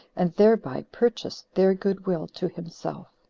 and thereby purchased their good-will to himself.